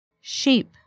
Sheep